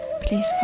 please